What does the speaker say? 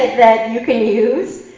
that you can use,